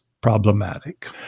problematic